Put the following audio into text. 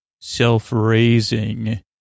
Self-raising